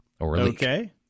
Okay